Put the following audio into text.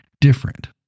different